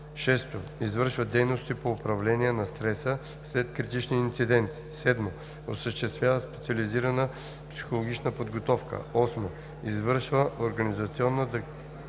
6. извършва дейности по управление на стреса след критични инциденти; 7. осъществява специализирана психологична подготовка; 8. извършва организационна